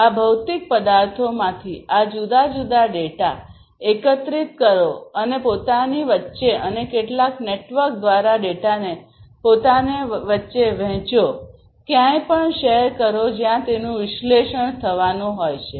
આ ભૌતિક પદાર્થોમાંથી આ જુદા જુદા ડેટા એકત્રિત કરો અને પોતાની વચ્ચે અને કેટલાક નેટવર્ક દ્વારા ડેટાને પોતાને વચ્ચે વહેંચો ક્યાંય પણ શેર કરો જ્યાં તેનું વિશ્લેષણ થવાનું છે